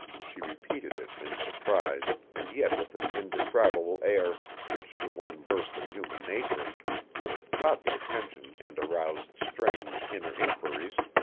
she repeated it in surprise and yet with an indescribable air, which to one versed in human nature would have caught the attention and aroused strange inner inquiries.